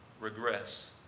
Regress